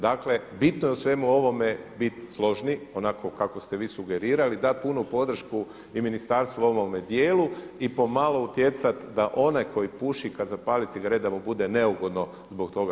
Dakle, bitno je u svemu ovome bit složni onako kako ste vi sugerirali dat punu podršku i ministarstvu u ovome dijelu i pomalo utjecati da onaj koji puši kada zapali cigaret da mu bude neugodno zbog toga